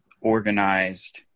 organized